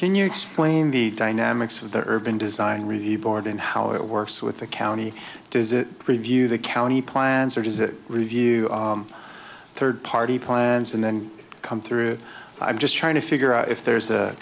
can you explain the dynamics of the urban design review board and how it works with the county does it preview the county plans or does it review third party plans and then come through i'm just trying to figure out if there's a